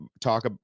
talk